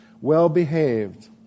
well-behaved